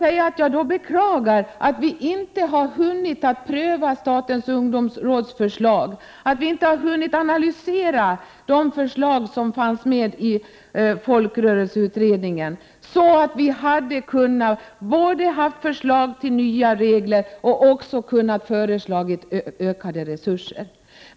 Jag beklagar därför att vi inte har hunnit pröva statens ungdomsråds förslag och att vi inte har hunnit analysera folkrörelseutredningens förslag — då hade vi haft förslag nya regler och större resurser.